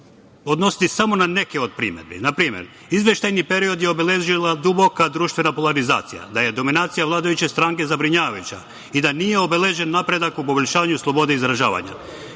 odnositi samo na neke od primedbi. Na primer, izveštajni period je obeležila duboka društvena popularizacija. Da je dominacija vladajuće stranke zabrinjavajuća, i da nije obeležila napredak u poboljšanju slobode izražavanja,